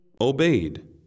Obeyed